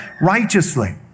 righteously